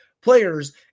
players